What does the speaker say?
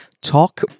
talk